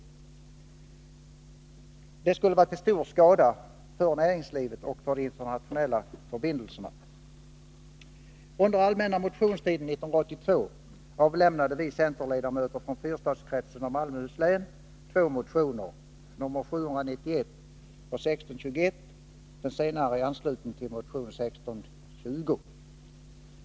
Detta skulle vara till stor skada för näringslivet och för de internationella förbindelserna. Under allmänna motionstiden 1982 avlämnade vi centerledamöter från fyrstadskretsen och Malmöhus län två motioner, nr 791 och 1621 — den senare i anslutning till motion nr 1620.